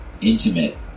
intimate